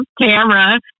camera